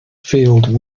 field